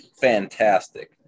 fantastic